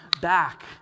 back